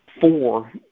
four